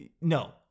no